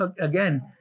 again